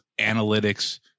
analytics